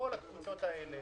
כל הקבוצות האלה,